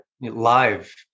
live